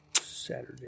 Saturday